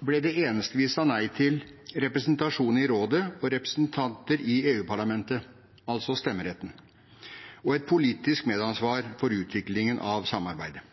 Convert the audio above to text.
ble det eneste vi sa nei til, representasjon i rådet og representanter i EU-parlamentet, altså stemmeretten, og et politisk medansvar for utviklingen av samarbeidet.